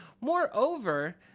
moreover